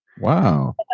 Wow